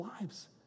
lives